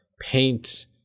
paint